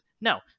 No